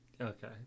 okay